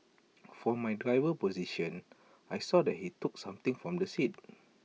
from my driver's position I saw that he took something from the seat